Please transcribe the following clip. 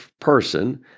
person